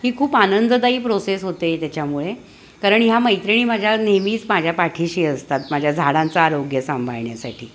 ही खूप आनंददायी प्रोसेस होते आहे त्याच्यामुळे कारण ह्या मैत्रिणी माझ्या नेहमीच माझ्या पाठीशी असतात माझ्या झाडांचं आरोग्य सांभाळण्यासाठी